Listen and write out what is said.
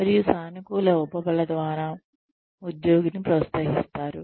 మరియు సానుకూల ఉపబల ద్వారా ఉద్యోగిని ప్రోత్సహిస్తారు